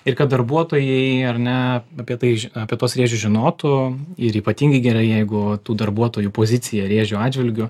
ir kad darbuotojai ar ne apie tai apie tuos rėžius žinotų ir ypatingai gerai jeigu tų darbuotojų pozicija rėžių atžvilgiu